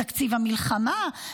בתקציב המלחמה,